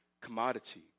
commodity